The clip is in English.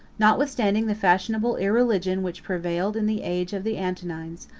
notwithstanding the fashionable irreligion which prevailed in the age of the antonines,